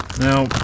Now